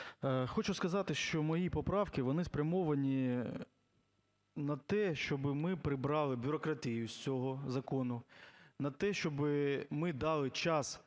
Хочу сказати, що мої поправки, вони спрямовані на те, щоби ми прибрали бюрократію з цього закону, на те, щоби ми дали час